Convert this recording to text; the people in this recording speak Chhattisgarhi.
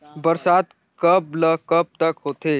बरसात कब ल कब तक होथे?